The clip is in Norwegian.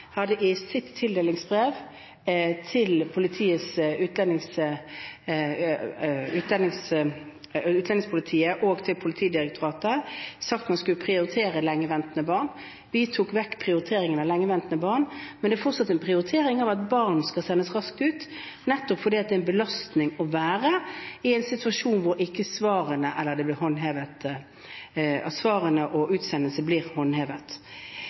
i sitt tildelingsbrev til Politiets utlendingsenhet og Politidirektoratet hadde sagt at man skulle prioritere lengeventende barn, tok vi vekk denne prioriteringen. Men det er fortsatt en prioritering at barn skal sendes raskt ut, nettopp fordi det er en belastning å være i en situasjon hvor utsendelse ikke blir håndhevet. Jeg mener at justisministeren i går ganske tydelig beklaget, og